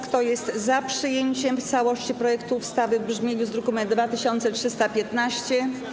Kto jest za przyjęciem w całości projektu ustawy w brzmieniu z druku nr 2315?